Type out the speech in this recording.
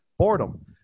boredom